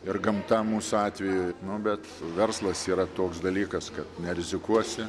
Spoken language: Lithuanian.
ir gamta mūsų atveju nu bet verslas yra toks dalykas kad nerizikuosi